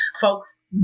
folks